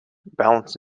balance